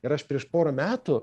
ir aš prieš porą metų